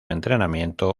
entrenamiento